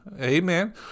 Amen